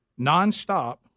nonstop